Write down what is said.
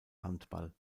handball